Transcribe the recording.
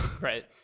Right